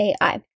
AI